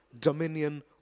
dominion